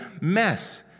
mess